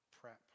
prep